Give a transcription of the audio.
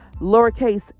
lowercase